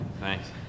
Thanks